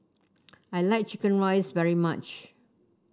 I like chicken rice very much